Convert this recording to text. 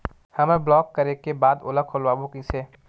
हमर ब्लॉक करे के बाद ओला खोलवाबो कइसे?